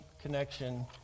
connection